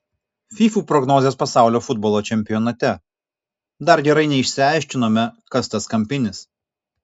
fyfų prognozės pasaulio futbolo čempionate dar gerai neišsiaiškinome kas tas kampinis